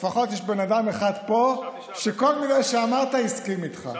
לפחות יש בן אדם אחד פה שבכל מילה שאמרת הסכים איתך.